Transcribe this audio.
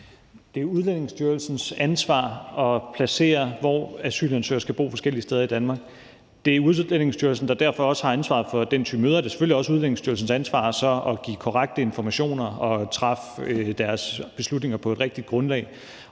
Det er Udlændingestyrelsens ansvar, hvor asylansøgere skal placeres og bo forskellige steder i Danmark. Det er Udlændingestyrelsen, der derfor også har ansvaret for den type møder. Det er selvfølgelig også Udlændingestyrelsens ansvar så at give korrekte informationer og træffe beslutningen på et rigtigt grundlag.